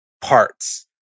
parts